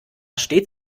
steht